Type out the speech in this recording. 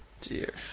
dear